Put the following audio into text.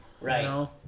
Right